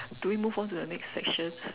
do we move on to the next section